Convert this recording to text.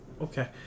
Okay